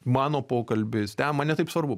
mano pokalbis man ne taip svarbu